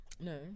No